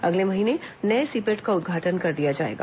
अगले महीने नए सीपेट का उद्घाटन कर दिया जाएगा